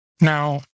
Now